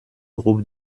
groupes